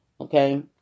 okay